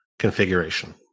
configuration